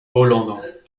hollande